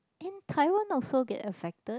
didn't Taiwan also get affected